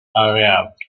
arrived